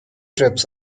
tips